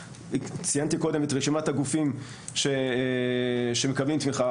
ציינתי קודם את רשימת הגופים שמקבלים תמיכה,